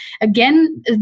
Again